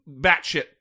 batshit